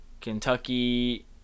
Kentucky